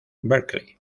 berkeley